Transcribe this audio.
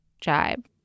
jibe